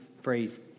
phrase